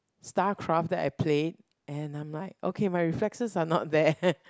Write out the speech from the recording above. starcraft that I played and I'm like okay my reflexes are not bad